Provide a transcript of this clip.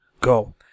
Go